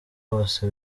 bose